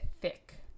thick